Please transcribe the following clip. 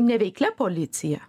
neveiklia policija